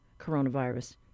coronavirus